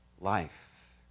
life